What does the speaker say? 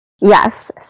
Yes